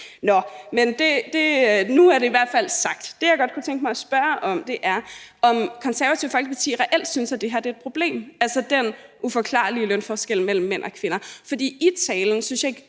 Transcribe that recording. Nå, men nu er det i hvert fald sagt. Det, jeg godt kunne tænke mig at spørge om, er, om Det Konservative Folkeparti reelt synes, at det her er et problem, altså, den uforklarlige lønforskel mellem mænd og kvinder. For jeg synes, at i